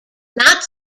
not